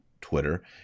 Twitter